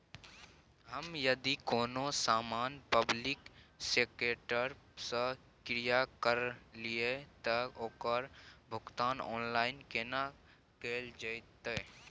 हम यदि कोनो सामान पब्लिक सेक्टर सं क्रय करलिए त ओकर भुगतान ऑनलाइन केना कैल जेतै?